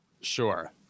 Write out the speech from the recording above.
Sure